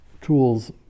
tools